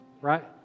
Right